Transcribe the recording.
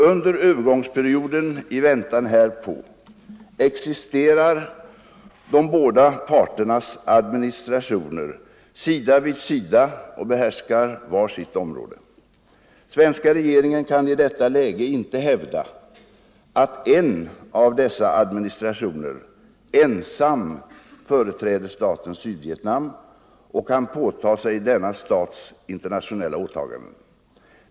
Under övergångsperioden i väntan härpå existerar de båda parternas administrationer sida vid sida och behärskar var sitt område. Svenska regeringen kan i detta läge inte hävda, att en av dessa administrationer ensam företräder staten Sydvietnam och kan påta sig denna stats internationella åtaganden.